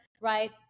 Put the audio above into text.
right